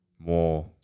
More